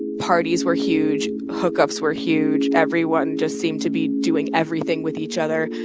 parties were huge, hookups were huge. everyone just seemed to be doing everything with each other.